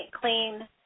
clean